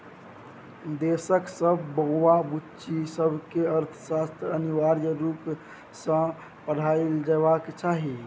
देशक सब बौआ बुच्ची सबकेँ अर्थशास्त्र अनिवार्य रुप सँ पढ़ाएल जेबाक चाही